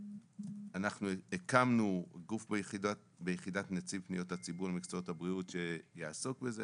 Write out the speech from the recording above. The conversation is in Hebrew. אנחנו הקמנו גוף ביחידת נציב פניות הציבור למקצועות הבריאות שיעסוק בזה,